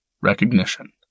Recognition